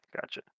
gotcha